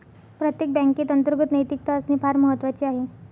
प्रत्येक बँकेत अंतर्गत नैतिकता असणे फार महत्वाचे आहे